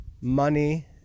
money